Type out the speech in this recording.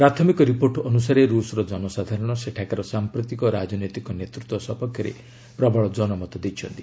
ପ୍ରାଥମିକ ରିପୋର୍ଟ ଅନୁସାରେ ରୁଷର ଜନସାଧାରଣ ସେଠାକାର ସାମ୍ପ୍ରତିକ ରାଜନୈତିକ ନେତୃତ୍ୱ ସପକ୍ଷରେ ପ୍ରବଳ ଜନମତ ଦେଇଛନ୍ତି